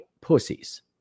pussies